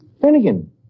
Finnegan